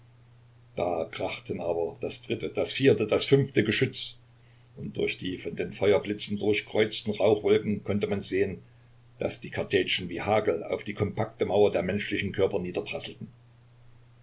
da krachten aber das dritte das vierte das fünfte geschütz und durch die von den feuerblitzen durchkreuzten rauchwolken konnte man sehen daß die kartätschen wie hagel auf die kompakte mauer der menschlichen körper